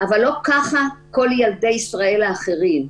אבל לא ככה כל ילדי ישראל האחרים.